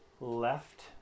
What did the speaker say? left